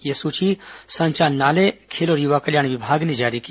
यह सूची संचालनालय खेल और युवा कल्याण विभाग ने जारी की